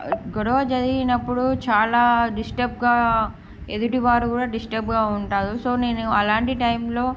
గొడవ జరిగినప్పుడు చాలా డిస్టర్బ్గా ఎదుటివారు కూడా డిస్టర్బ్గా ఉంటారు సో నేను అలాంటి టైమ్లో